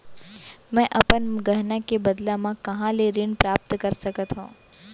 मै अपन गहना के बदला मा कहाँ ले ऋण प्राप्त कर सकत हव?